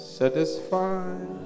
Satisfied